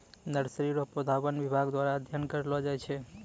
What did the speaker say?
nursery रो पौधा वन विभाग द्वारा अध्ययन करलो जाय छै